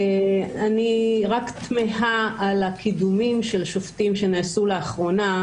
אני קר תמהה על הקידומים של שופטים שנעשו לאחרונה,